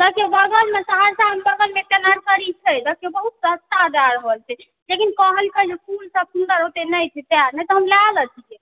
देखियो बगलमे सहरसामे बगलमे एक टा नरसरी छै देखियो बहुत सस्ता दए रहल छै लेकिन कहलकै जे फूल सब सुन्दर ओतेक नहि छै सएह नहि तऽ हम लऽ लैतियै